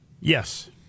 yes